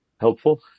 helpful